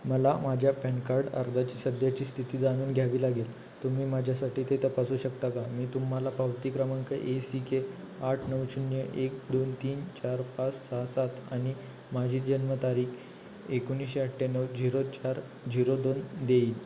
मला माझ्या PAN card अर्जाची सध्याची स्थिती जाणून घ्यावी लागेल तुम्ही माझ्यासाठी ते तपासू शकता का मी तुम्हाला पावती क्रमांक ए सी के आठ नऊ शून्य एक दोन तीन चार पाच सहा सात आणि माझी जन्मतारीख एकोणीशे अठ्ठ्याण्णव झिरो चार झिरो दोन देईल